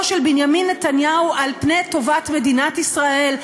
של בנימין נתניהו על פני טובת מדינת ישראל,